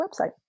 website